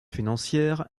financières